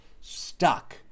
stuck